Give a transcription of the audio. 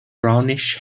brownish